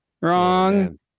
wrong